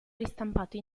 ristampato